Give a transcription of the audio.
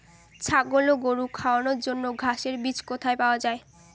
ছাগল ও গরু খাওয়ানোর জন্য ঘাসের বীজ কোথায় পাওয়া যায়?